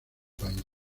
país